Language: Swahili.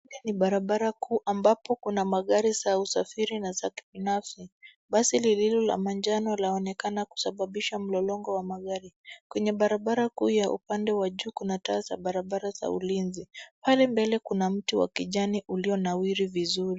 Hii ni barabara kuu ambapo kuna magari za usafiri na za kibinafsi. Basi lililo la manjano laonekana kusababisha mlolongo wa magari. Kwenye barabara kuu ya upande wa juu kuna taa za barabara za ulinzi. Pale mbele kuna mti wa kijani ulionawiri vizuri.